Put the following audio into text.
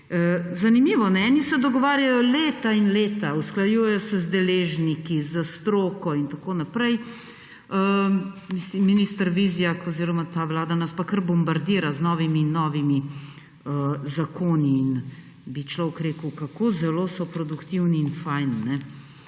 Zanimivo, eni se dogovarjajo leta in leta, usklajujejo se z deležniki, s stroko in tako naprej. Minister Vizjak oziroma ta vlada nas pa kar bombardira z novimi in novimi zakoni in bi človek rekel, kako zelo so produktivni in fini.